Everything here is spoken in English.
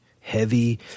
heavy